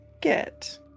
get